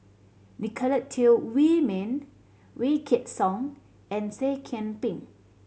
Nicolette Teo Wei Min Wykidd Song and Seah Kian Peng